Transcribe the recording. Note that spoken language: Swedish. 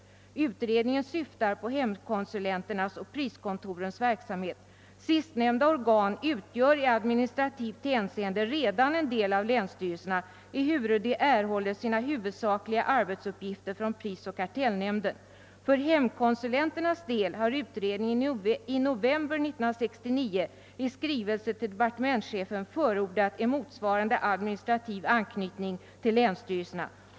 Utredningen syftar på hemkonsulenternas och priskontorens verksamhet. Sistnämnda organ utgör i administrativt hänseende redan en del av länsstyrelserna, ehuru de erhåller sina huvudsakliga arbetsuppgifter från prisoch kartellnämnden. För hemkonsulenternas del har utredningen i november 1969 i skrivelse till departementschefen förordat en motsvarande administrativ anknytning till länsstyrelserna.